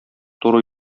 туры